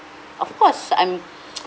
of course I'm